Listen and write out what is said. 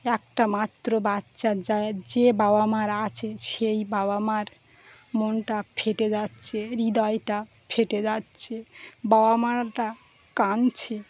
একটা মাত্র বাচ্চা যার যে বাবা মার আছে সেই বাবা মার মনটা ফেটে যাচ্ছেে হৃদয়টা ফেটে যাচ্ছে বাবা মাটা কাঁদছে